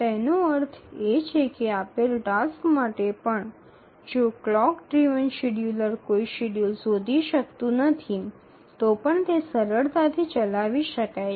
તેનો અર્થ એ કે આપેલ ટાસ્ક સેટ માટે પણ જો ક્લોક ડ્રિવન શેડ્યૂલર કોઈ શેડ્યૂલ શોધી શકતું નથી તો પણ તે સરળતાથી ચલાવી શકાય છે